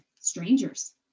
strangers